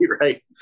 right